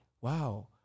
wow